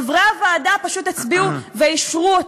חברי הוועדה פשוט הצביעו ואישרו אותה,